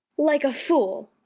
like a fool!